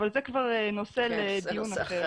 אבל זה כבר נושא לדיון אחר.